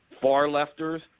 far-lefters